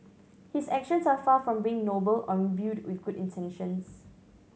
his actions are far from being noble or imbued with good intentions